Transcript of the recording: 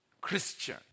Christian